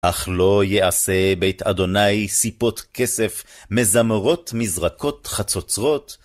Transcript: אך לא יעשה בית אדוני סיפות כסף, מזמורות מזרקות חצוצרות,